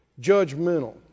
Judgmental